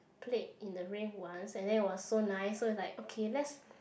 played in the rain once and then it was so nice so is like okay let's